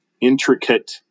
intricate